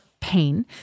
pain